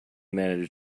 manage